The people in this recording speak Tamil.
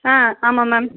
ஆ ஆமாம் மேம்